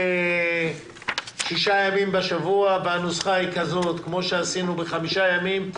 שעובדים שישה ימים בשבוע והנוסחה תהיה כמו שעשינו בחמישה ימים.